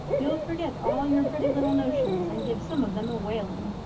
you'll forget all your pretty little notions and give some of them a whaling.